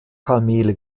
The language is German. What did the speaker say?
kamele